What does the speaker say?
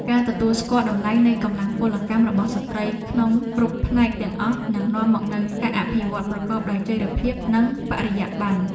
ការទទួលស្គាល់តម្លៃនៃកម្លាំងពលកម្មរបស់ស្ត្រីក្នុងគ្រប់ផ្នែកទាំងអស់នឹងនាំមកនូវការអភិវឌ្ឍប្រកបដោយចីរភាពនិងបរិយាបន្ន។